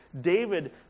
David